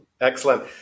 Excellent